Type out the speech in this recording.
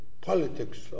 politics